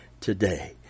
today